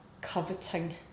coveting